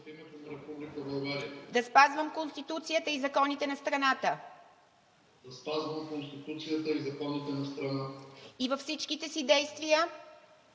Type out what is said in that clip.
да спазвам Конституцията и законите на страната и във всичките си действия